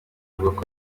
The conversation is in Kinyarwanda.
bavuga